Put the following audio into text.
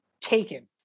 taken